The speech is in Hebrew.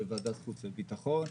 בוועדת החוץ והביטחון,